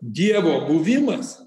dievo buvimas